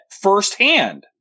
firsthand